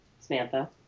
Samantha